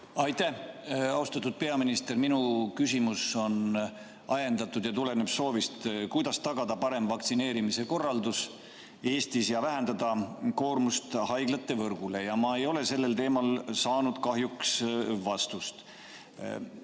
Aitäh! Austatud peaminister! Minu küsimus on ajendatud ja tuleneb soovist, kuidas tagada parem vaktsineerimise korraldus Eestis ja vähendada koormust haiglate võrgule. Ma ei ole sellel teemal kahjuks vastust